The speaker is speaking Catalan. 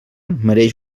mereix